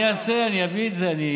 אני אעשה, אני אביא את זה.